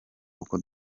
uko